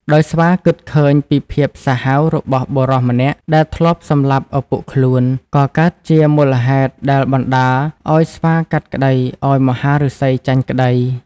ដោយស្វាគិតឃើញពីភាពសាហាវរបស់បុរសម្នាក់ដែលធ្លាប់សម្លាប់ឱពុកខ្លួន ក៏កើតជាមូលហេតុដែលបណ្តាឱ្យស្វាកាត់ក្តីឱ្យមហាឫសីចាញ់ក្តី។